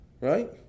right